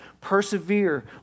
persevere